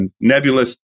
nebulous